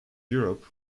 europe